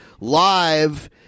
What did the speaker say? live